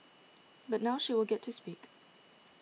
but now she will get to speak